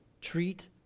treat